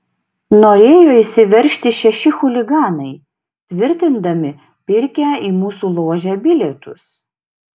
norėjo įsiveržti šeši chuliganai tvirtindami pirkę į mūsų ložę bilietus